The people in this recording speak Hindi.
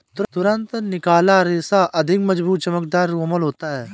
तुरंत निकाला रेशा अधिक मज़बूत, चमकदर, कोमल होता है